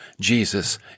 Jesus